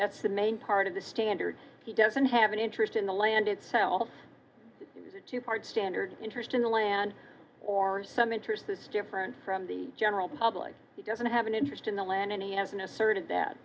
that's the main part of the standard he doesn't have an interest in the land itself is a two part standard interest in the land or some interest that's different from the general public he doesn't have an interest in the land and he has an asserted that